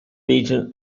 region